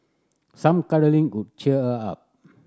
some cuddling could cheer her up